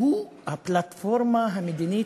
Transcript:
שהוא הפלטפורמה המדינית,